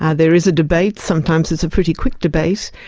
and there is a debate, sometimes it's a pretty quick debate,